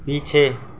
पीछे